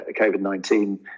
COVID-19